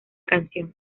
canción